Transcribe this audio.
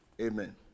Amen